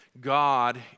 God